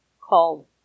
called